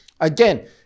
Again